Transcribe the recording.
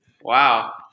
Wow